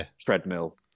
treadmill